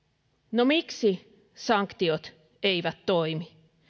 no miksi sanktiot eivät toimi